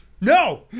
No